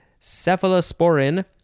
cephalosporin